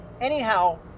Anyhow